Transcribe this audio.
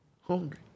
hungry